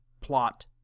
plot